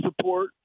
support